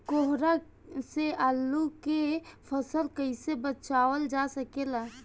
कोहरा से आलू के फसल कईसे बचावल जा सकेला?